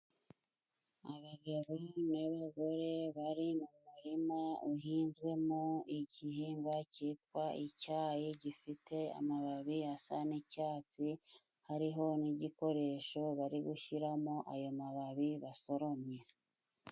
Abagabo n'abagore bari mu murima uhinzwemo igihingwa cyitwa icyayi gifite amababi asa n'icyatsi, hariho n'igikoresho bari gushyiramo ayo mababi basoromye.